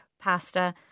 pasta